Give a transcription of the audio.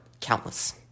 countless